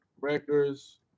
Records